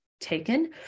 taken